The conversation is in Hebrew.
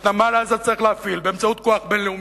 את נמל עזה צריך להפעיל באמצעות כוח בין-לאומי,